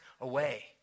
away